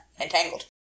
entangled